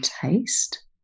taste